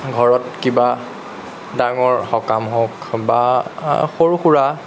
ঘৰত কিবা ডাঙৰ সকাম হওক বা সৰু সুৰা